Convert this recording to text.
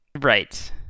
Right